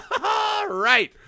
Right